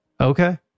okay